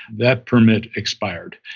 that permit expired.